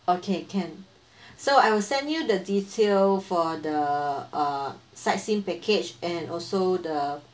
okay can so I will send you the detail for the uh sightseeing package and also the